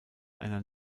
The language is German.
einer